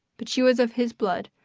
but she was of his blood,